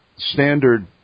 Standard